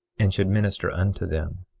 and should minister unto them.